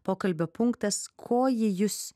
pokalbio punktas ko ji jus